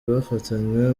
bafatanywe